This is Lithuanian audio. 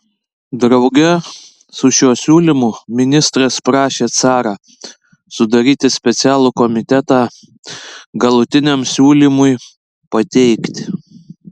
drauge su šiuo siūlymu ministras prašė carą sudaryti specialų komitetą galutiniam siūlymui pateikti